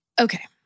Okay